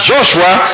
Joshua